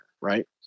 Right